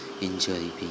enjoying